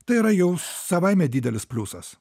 tai yra jau savaime didelis pliusas